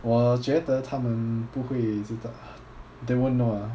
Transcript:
我觉得他们不会知道 they won't know ah